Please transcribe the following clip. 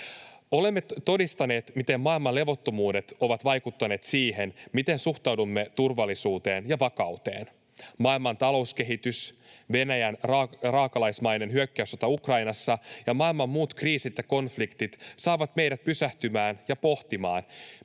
Olemme todistaneet, miten maailman levottomuudet ovat vaikuttaneet siihen, miten suhtaudumme turvallisuuteen ja vakauteen. Maailman talouskehitys, Venäjän raakalaismainen hyökkäyssota Ukrainassa ja maailman muut kriisit ja konfliktit saavat meidät pysähtymään ja pohtimaan,